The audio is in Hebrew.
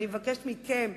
אני מבקשת מכם,